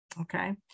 Okay